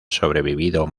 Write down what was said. sobrevivido